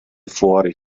fuori